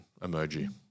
emoji